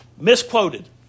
Misquoted